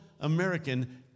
American